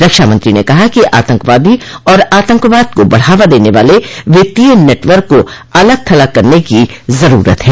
रक्षामंत्री ने कहा कि आतंकवादी और आतंकवाद को बढ़ावा देने वाले वित्तीय नेटवर्क को अलग थलग करने की जरूरत है